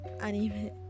anime